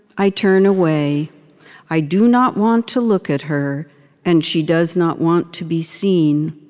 i turn away i do not want to look at her and she does not want to be seen.